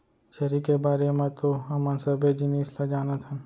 छेरी के बारे म तो हमन सबे जिनिस ल जानत हन